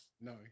No